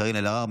קארין אלהרר,